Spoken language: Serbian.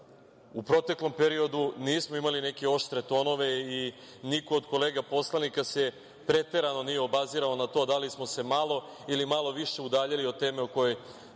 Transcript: u proteklom periodu nismo imali neke oštre tonove i niko od kolega poslanika se preterano nije obazirao na to da li smo se malo ili malo više udaljili od teme o kojoj